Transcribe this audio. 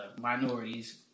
minorities